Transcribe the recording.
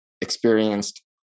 experienced